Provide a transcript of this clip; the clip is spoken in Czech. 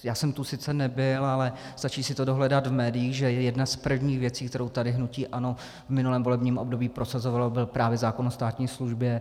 Já jsem tu sice nebyl, ale stačí si to dohledat v médiích, že jedna z prvních věcí, kterou tady hnutí ANO v minulém volebním období prosazovalo, byl právě zákon o státní službě.